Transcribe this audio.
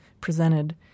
presented